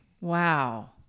Wow